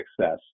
success